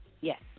yes